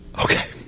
Okay